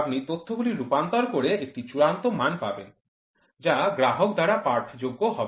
আপনি তথ্যগুলি রূপান্তর করে একটি চূড়ান্ত মান পাবেন যা গ্রাহক দ্বারা পাঠযোগ্য হবে